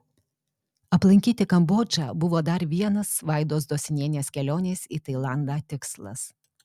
aplankyti kambodžą buvo dar vienas vaidos dosinienės kelionės į tailandą tikslas